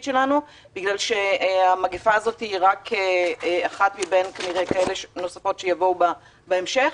שלנו בגלל שהמגפה הזאת היא רק אחת מבין כנראה נוספות שיבואו בהמשך.